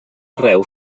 arreu